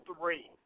three